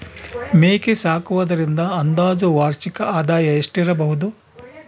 ಮೇಕೆ ಸಾಕುವುದರಿಂದ ಅಂದಾಜು ವಾರ್ಷಿಕ ಆದಾಯ ಎಷ್ಟಿರಬಹುದು?